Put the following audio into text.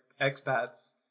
expats